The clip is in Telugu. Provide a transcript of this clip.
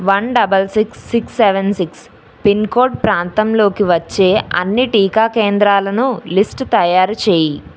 one double six six seven six pin code ప్రాంతంలోకి వచ్చే అన్ని టీకా కేంద్రాలను లిస్ట్ తయారు చేయి